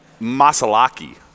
Masalaki